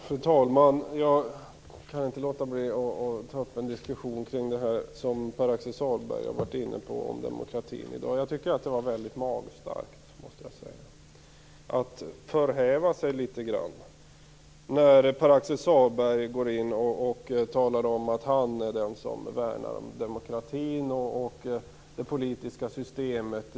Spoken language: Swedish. Fru talman! Jag kan inte låta bli att ta upp en diskussion kring det som Pär-Axel Sahlberg har varit inne på om demokratin i dag. Jag måste säga att det var väldigt magstarkt. Det är att förhäva sig litet grand när Pär-Axel Sahlberg talar om att han är den som värnar demokratin och det politiska systemet.